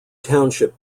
township